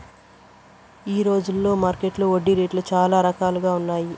ఈ రోజున మార్కెట్టులో వడ్డీ రేట్లు చాలా రకాలుగా ఉన్నాయి